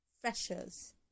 freshers